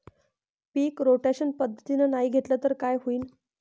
पीक rotation पद्धतीनं नाही घेतलं तर काय होईन?